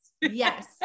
Yes